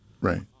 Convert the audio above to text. Right